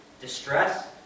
Distress